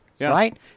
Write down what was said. Right